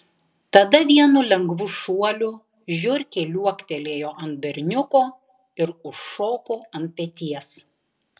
tada vienu lengvu šuoliu žiurkė liuoktelėjo ant berniuko ir užšoko ant peties